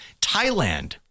Thailand